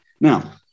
Now